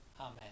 Amen